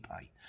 pay